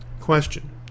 Question